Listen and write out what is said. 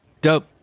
Dope